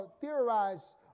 theorize